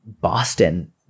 Boston